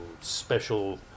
special